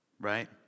right